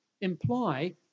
imply